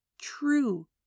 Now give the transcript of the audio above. true